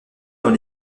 dans